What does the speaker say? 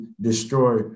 destroy